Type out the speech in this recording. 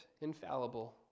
infallible